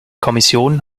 kommission